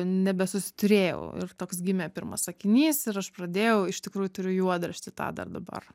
nebesusiturėjau ir toks gimė pirmas sakinys ir aš pradėjau iš tikrųjų turiu juodraštį tą dar dabar